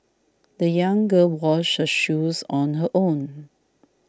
the young girl washed her shoes on her own